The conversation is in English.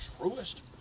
truest